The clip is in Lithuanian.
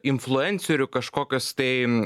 influencerių kažkokios tai